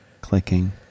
Clicking